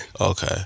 okay